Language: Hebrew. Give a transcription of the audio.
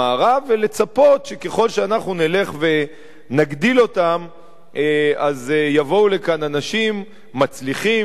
ולצפות שככל שאנחנו נלך ונגדיל אותם יבואו לכאן אנשים מצליחים וירצו